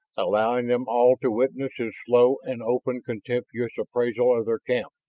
allowing them all to witness his slow and openly contemptuous appraisal of their camp.